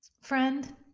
friend